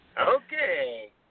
Okay